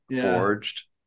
forged